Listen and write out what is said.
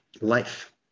life